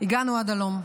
הגענו עד הלום.